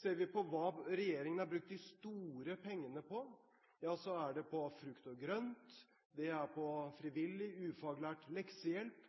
Ser vi på hva regjeringen har brukt de store pengene på, er det på frukt og grønt, på frivillig, ufaglært leksehjelp